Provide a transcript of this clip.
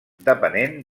depenent